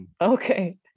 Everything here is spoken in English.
Okay